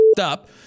up